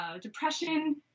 depression